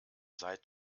seid